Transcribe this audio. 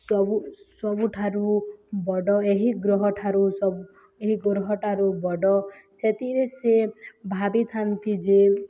ସବୁ ସବୁଠାରୁ ବଡ଼ ଏହି ଗ୍ରହ ଠାରୁ ସବୁ ଏହି ଗ୍ରହ ଠାରୁ ବଡ଼ ସେଥିରେ ସେ ଭାବିଥାନ୍ତି ଯେ